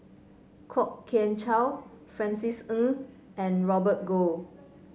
Kwok Kian Chow Francis Ng and Robert Goh